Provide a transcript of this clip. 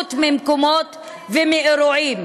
בהיעדרות ממקומות ומאירועים.